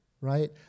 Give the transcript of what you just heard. right